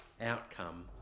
outcome